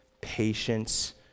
patience